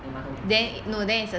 then 馒头 can control better